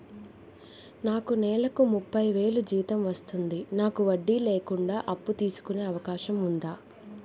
నాకు నేలకు ముప్పై వేలు జీతం వస్తుంది నాకు వడ్డీ లేకుండా అప్పు తీసుకునే అవకాశం ఉందా